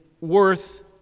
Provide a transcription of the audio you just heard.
worth